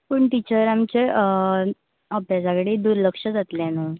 पूण टिचर आमचें अभ्यासा कडेन दुर्लक्ष जातलें न्हू